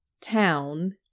Town